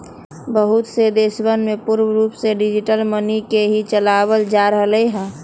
बहुत से देशवन में पूर्ण रूप से डिजिटल मनी के ही चलावल जा रहले है